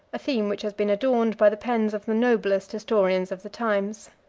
a theme which has been adorned by the pens of the noblest historians of the times.